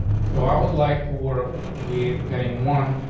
so i would like to work with heading one,